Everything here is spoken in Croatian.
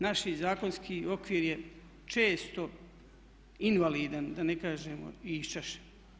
Naš zakonski okvir je često invalidan da ne kažem i iščašen.